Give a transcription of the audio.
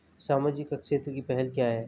सामाजिक क्षेत्र की पहल क्या हैं?